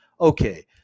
Okay